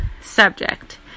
subject